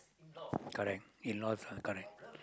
correct correct